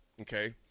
okay